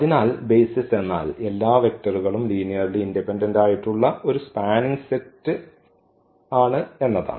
അതിനാൽ ബെയ്സിസ് എന്നാൽ എല്ലാ വെക്റ്റർകളും ലീനിയർലി ഇൻഡിപെൻഡന്റ് ആയിട്ടുള്ള ഒരു സ്പാനിങ് സെറ്റ് എന്നാണ്